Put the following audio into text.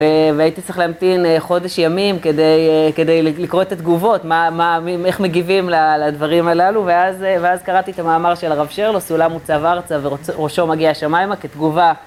והייתי צריך להמתין חודש ימים כדי לקרוא את התגובות, איך מגיבים לדברים הללו ואז קראתי את המאמר של הרב שרלוס, אולם הוא צב ארצה וראשו מגיע השמיים, כתגובה